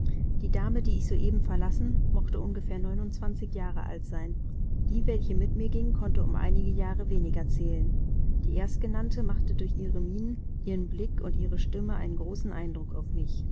die dame die ich soeben verlassen mochte ungefähr neunundzwanzig jahre alt sein die welche mit mir ging konnte um einige jahre weniger zählen die erstgenannte machte durch ihre mienen ihren blick und ihre stimme einen großen eindruck auf mich